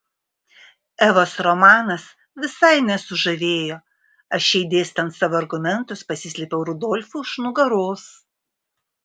evos romanas visai nesužavėjo aš jai dėstant savo argumentus pasislėpiau rudolfui už nugaros